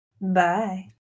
Bye